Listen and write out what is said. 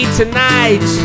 tonight